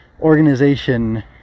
organization